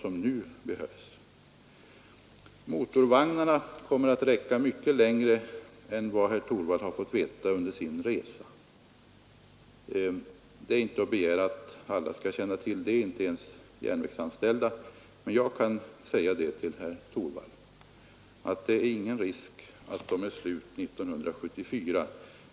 Motorvagnarna kommer att hålla mycket längre än vad herr Torwald fått veta under sin resa. Det är inte att begära att alla — inte ens de SJ-anställda — skall känna till detta, men jag kan säga till herr Torwald att det inte är någon risk för att de är slut 1974.